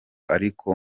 ariko